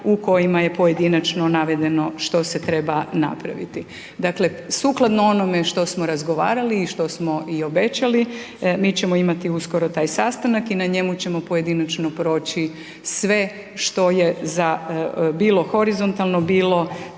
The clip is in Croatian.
u kojima je pojedinačno navedeno što se treba napraviti. Dakle, sukladno onome što smo razgovarali i što smo i obećali, mi ćemo imati uskoro taj sastanak i na njemu ćemo pojedinačno proći sve što je za bilo horizontalno bilo